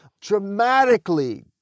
dramatically